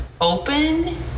open